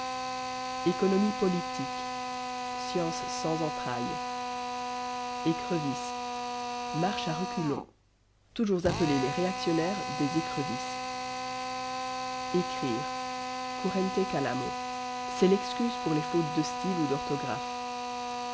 économie politique science sans entrailles écrevisse marche à reculons toujours appeler les réactionnaires des écrevisses écrire currente calamo c'est l'excuse pour les fautes de style ou d'orthographe